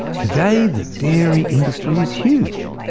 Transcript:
today, the dairy industry is huge.